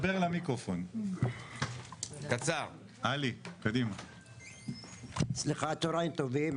צהריים טובים.